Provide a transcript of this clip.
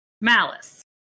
Malice